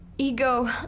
Ego